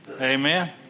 Amen